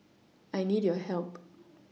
I need your help